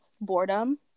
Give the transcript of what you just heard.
boredom